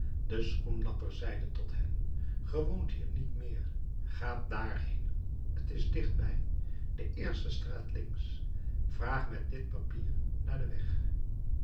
de schoenlapper zeide tot hen ge woont hier niet meer gaat daarheen t is dichtbij de eerste straat links vraag met dit papier naar den weg